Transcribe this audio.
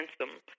handsome